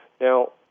Now